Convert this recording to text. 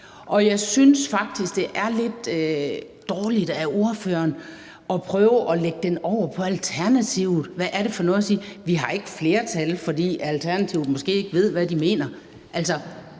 Og jeg synes faktisk, det er lidt dårligt af ordføreren at prøve at lægge det over på Alternativet. Hvad er det for noget at sige, altså at man ikke har flertal, fordi Alternativet måske ikke ved, hvad de mener? Altså,